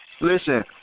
Listen